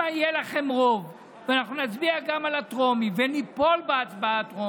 אם יהיה לכם רוב ואנחנו נצביע גם על הטרומית וניפול בטרומית,